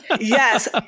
Yes